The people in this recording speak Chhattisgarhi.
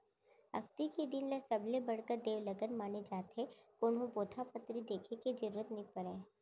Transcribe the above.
अक्ती के दिन ल सबले बड़का देवलगन माने जाथे, कोनो पोथा पतरी देखे के जरूरत नइ परय